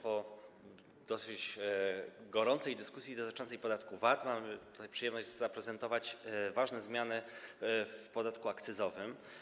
Po dosyć gorącej dyskusji dotyczącej podatku VAT mam przyjemność zaprezentować istotne zmiany w podatku akcyzowym.